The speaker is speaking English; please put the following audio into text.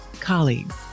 colleagues